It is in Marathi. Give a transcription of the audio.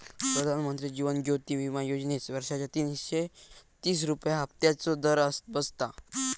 प्रधानमंत्री जीवन ज्योति विमा योजनेत वर्षाचे तीनशे तीस रुपये हफ्त्याचो दर बसता